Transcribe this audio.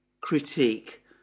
critique